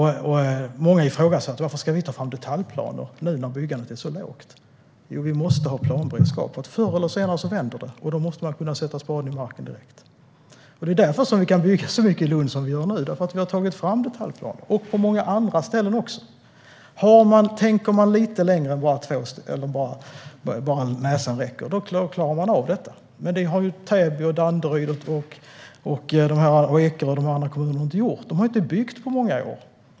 Många ifrågasatte varför vi skulle ta fram detaljplaner när byggandet var så lågt. Jo, vi måste ha planberedskap, för förr eller senare vänder det, och då måste man kunna sätta spaden i marken direkt. Det är därför som det nu kan byggas så mycket i Lund och på andra ställen - man har tagit fram detaljplaner. Tänker man lite längre än vad näsan räcker klarar man av detta. Men det har Täby, Danderyd, Ekerö och de andra inte gjort. De har inte byggt på många år.